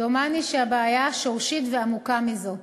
דומני שהבעיה שורשית ועמוקה מזו.